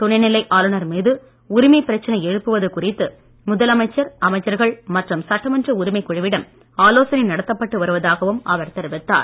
துணைநிலை ஆளுநர் மீது உரிமைப் பிரச்னை எழுப்புவது குறித்து முதலமைச்சர் அமைச்சர்கள் மற்றும் சட்டமன்ற உரிமைக் குழுவிடம் ஆலோசனை நடத்தப்பட்டு வருவதாகவும் அவர் தெரிவித்தார்